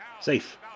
Safe